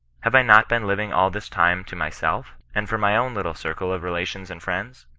have i not been living all this time to myself, and for my own littl circle of relations and friends?